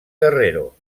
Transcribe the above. guerrero